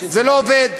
זה לא עובד.